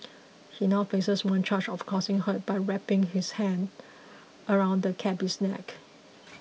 he now faces one charge of causing hurt by wrapping his hands around the cabby's neck